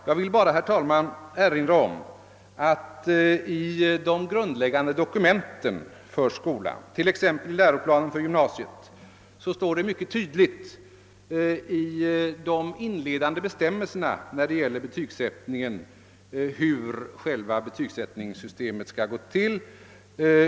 Jag vill bara, herr talman, erinra om att det i de grundläggande dokumenten för skolan, t.ex. i läroplanen för gymnasiet, i de inledande bestämmelserna när det gäller betygsättningen mycket tydligt står hur själva betygsättningssystemet skall fungera.